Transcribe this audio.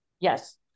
Yes